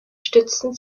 stützen